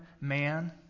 man